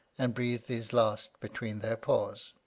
and breathed his last between their paws.